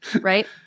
Right